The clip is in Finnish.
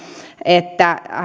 että